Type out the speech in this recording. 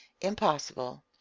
impossible